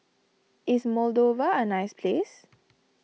is Moldova a nice place